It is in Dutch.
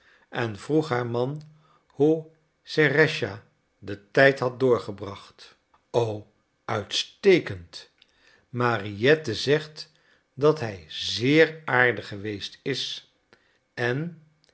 en vroeg haar man hoe serëscha den tijd had doorgebracht o uitstekend mariette zegt dat hij zeer aardig geweest is en ik